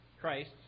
Christ